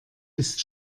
ist